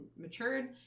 matured